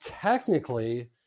technically